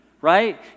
right